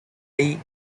ahí